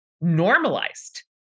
normalized